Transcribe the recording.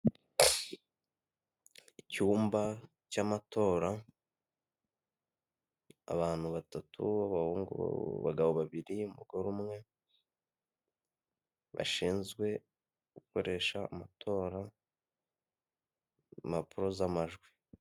Icyumba cy' amatora, abantu batatu babahungu, abagabo babiri umugore umwe; bashinzwe gukoresha amatora, impapuro z'amajwi.